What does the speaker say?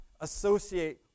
associate